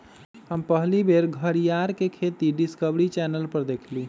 हम पहिल बेर घरीयार के खेती डिस्कवरी चैनल पर देखली